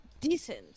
decent